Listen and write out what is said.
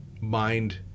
mind